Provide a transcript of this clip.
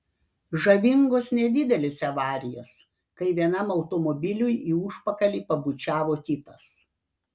žavingos nedidelės avarijos kai vienam automobiliui į užpakalį pabučiavo kitas